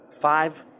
five